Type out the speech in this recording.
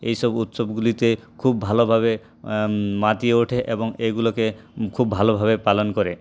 এইসব উৎসবগুলিতে খুব ভালোভাবে মাতিয়ে ওঠে এবং এইগুলোকে খুব ভালোভাবে পালন করে